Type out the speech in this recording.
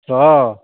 हँ